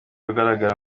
ugaragara